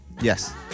Yes